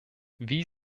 wie